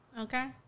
Okay